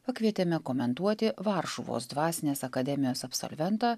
pakvietėme komentuoti varšuvos dvasinės akademijos absolventą